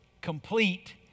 complete